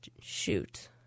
shoot